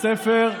בספר,